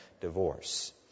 divorce